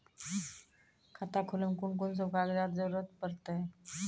खाता खोलै मे कून सब कागजात जरूरत परतै?